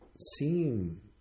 Seem